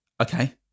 Okay